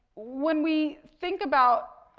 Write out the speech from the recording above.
when we think about,